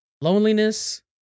Loneliness